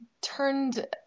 turned